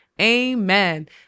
Amen